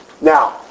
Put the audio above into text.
Now